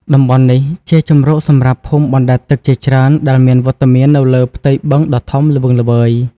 តំបន់នេះជាជម្រកសម្រាប់ភូមិបណ្ដែតទឹកជាច្រើនដែលមានវត្តមាននៅលើផ្ទៃបឹងដ៏ធំល្វឹងល្វើយ។